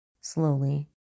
Slowly